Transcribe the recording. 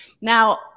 Now